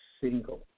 single